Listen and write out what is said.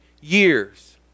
years